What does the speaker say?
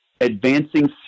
advancing